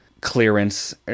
clearance